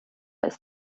ist